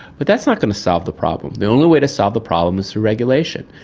but that's not going to solve the problem. the only way to solve the problem is through regulation.